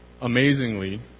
amazingly